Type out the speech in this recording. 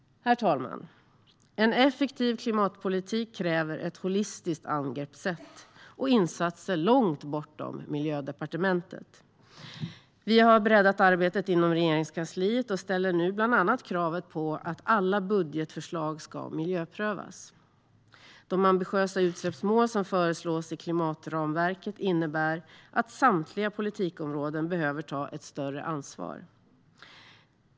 Herr talman! En effektiv klimatpolitik kräver ett holistiskt angreppssätt och insatser långt bortom Miljödepartementet. Vi har breddat arbetet inom Regeringskansliet och ställer nu bland annat kravet att alla budgetförslag ska miljöprövas. De ambitiösa utsläppsmål som föreslås i klimatramverket innebär att samtliga politikområden behöver ta ett större ansvar.